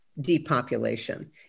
depopulation